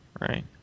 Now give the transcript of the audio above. right